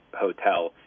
hotel